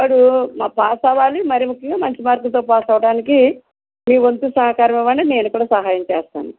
వాడు మ పాస్ అవ్వాలి మరియు మంచి మార్కులతో పాస్ అవ్వడానికి మీ వంతు సహకారం ఇవ్వండి నేను కూడా సహాయం చేస్తాను